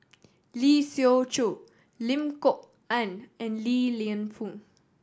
Lee Siew Choh Lim Kok Ann and Li Lienfung